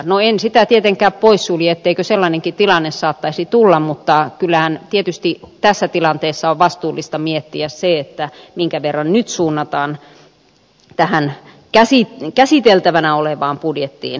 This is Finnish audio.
no en sitä tietenkään poissulje etteikö sellainenkin tilanne saattaisi tulla mutta kyllähän tietysti tässä tilanteessa on vastuullista miettiä se minkä verran nyt suunnataan tähän käsiteltävänä olevaan budjettiin rahoitusta